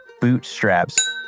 Bootstraps